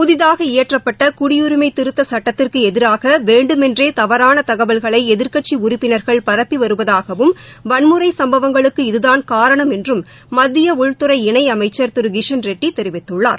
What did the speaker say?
புதிதாக இயற்றப்பட்ட குடியுரிமை திருத்தச் சுட்டத்திற்கு எதிராக வேண்டுமென்றே தவறான தகவல்களை எதிர்க்கட்சி உறுப்பினர்கள் பரப்பி வருவதாகவும் வன்முறை சம்பவங்களுக்கு இதுதாள் காரணம் என்றம் மத்திய உள்துறை இணை அமைச்சர் திரு கிஷன்ரெட்டி தெரிவித்துள்ளார்